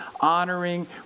honoring